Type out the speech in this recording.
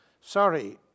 sorry